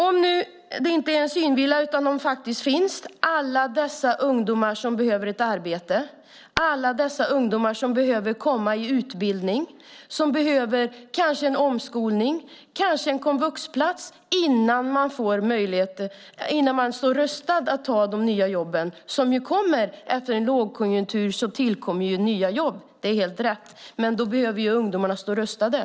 Om det nu inte är en synvilla utan om alla dessa ungdomar som behöver ett arbete finns, behöver de komma i utbildning, kanske en omskolning eller en komvuxplats, för att stå rustade att ta de nya jobben som kommer. Efter en lågkonjunktur tillkommer ju nya jobb - det är helt rätt - men då behöver ungdomarna stå rustade.